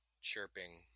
chirping